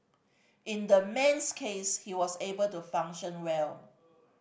in the man's case he was able to function well